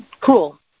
cool